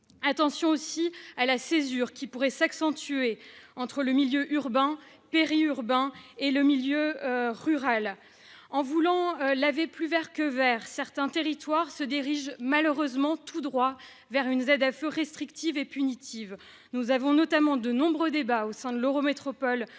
attention à la césure qui pourrait s'accentuer entre les milieux urbain, périurbain et rural. En voulant laver plus vert que vert, certains territoires se dirigent malheureusement tout droit vers une ZFE restrictive et punitive. Nous avons de nombreux débats au sein de l'Eurométropole